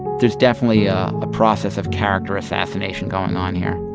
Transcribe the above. there's definitely a ah process of character assassination going on here